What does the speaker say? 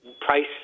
Price